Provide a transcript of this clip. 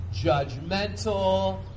judgmental